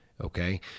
okay